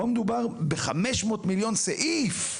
פה מדובר ב-500 מיליון, סעיף.